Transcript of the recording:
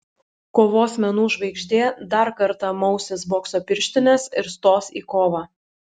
kovos menų žvaigždė dar kartą mausis bokso pirštines ir stos į kovą